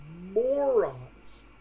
morons